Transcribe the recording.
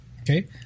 Okay